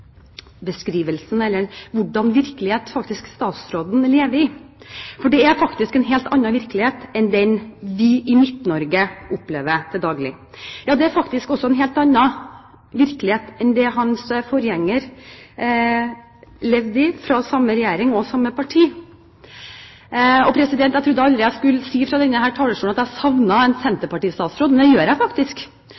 statsråden faktisk lever i. For det er faktisk en helt annen virkelighet enn den vi i Midt-Norge opplever til daglig. Ja, det er faktisk også en helt annen virkelighet enn det hans forgjenger, i samme regjering og fra samme parti, levde i. Jeg trodde aldri jeg skulle si fra denne talerstolen at jeg savner en